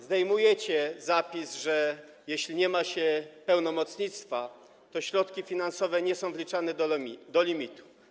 Zdejmujecie zapis, że jeśli nie ma pełnomocnictwa, to środki finansowe nie są wliczane do limitu.